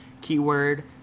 Keyword